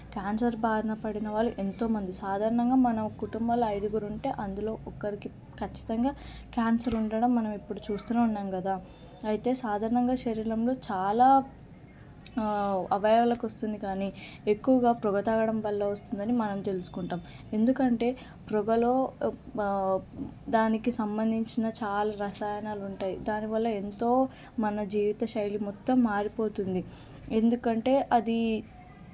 cancer బారిన పడిన వాళ్ళు ఎంతో మంది సాధారణంగా మనం కుటుంబాలు ఐదుగురుంటే అందులో ఒకరికి ఖచ్చితంగా క్యాన్సర్ ఉండడం మనం ఇప్పుడు చూస్తూనే ఉన్నాం కదా అయితే సాధారణంగా శరీరంలో చాలా అవయాలకి వస్తుంది కానీ ఎక్కువగా పొగ తాగడం వల్ల వస్తుందని మనం తెలుసుకుంటాం ఎందుకంటే పొగలో దానికి సంబంధించిన చాలా రసాయనాలు ఉంటాయి దానివల్ల ఎంతో మన జీవిత శైలి మొత్తం మారిపోతుంది ఎందుకంటే అది